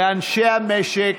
לאנשי המשק,